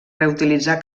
reutilitzar